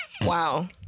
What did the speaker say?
Wow